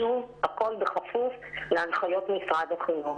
שוב, הכול בכפוף להנחיות משרד הבריאות.